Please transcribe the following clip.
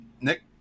Nick